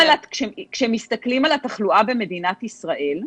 כשמסתכלים על התחלואה במדינת ישראל,